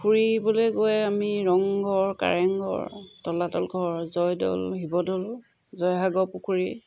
পুখুৰীবলৈ গৈ আমি ৰংঘৰ কাৰেংঘৰ তলাতল ঘৰ জয়দৌল শিৱদৌল জয়সাগৰ পুখুৰী